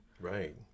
Right